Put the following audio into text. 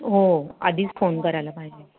हो आधीच फोन करायला पाहिजे